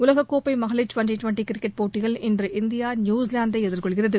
உலக கோப்பை மகளிர் டுவெண்ட்டி டுவெண்ட்டி கிரிக்கெட் போட்டியில் இன்று இந்தியா நியூசிலாந்தை எதிர்கொள்கிறது